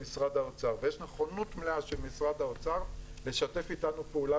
ויש נכונות מלאה של משרד האוצר לשתף איתנו פעולה